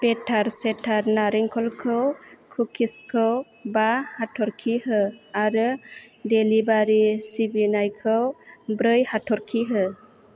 बेटार चेटार नालेंखलखौ कुकिसखौ बा हाथर्खि हो आरो डेलिबारि सिबिनायखौ ब्रै हाथर्खि हो